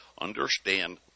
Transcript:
understand